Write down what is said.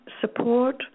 support